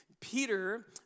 Peter